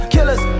Killers